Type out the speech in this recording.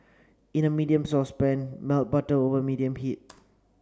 in a medium saucepan melt butter over medium pea